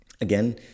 again